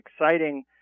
exciting